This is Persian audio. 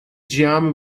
جمع